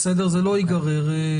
זה לא ייגרר.